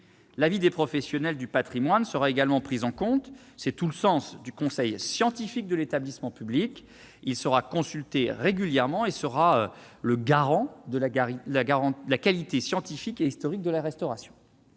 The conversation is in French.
L'avis des professionnels du patrimoine sera également pris en compte. C'est tout le sens du conseil scientifique de l'établissement public. Consulté régulièrement, il sera le garant de la qualité scientifique et historique de la restauration.